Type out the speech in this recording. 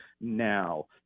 now